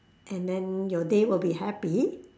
and then your day will be happy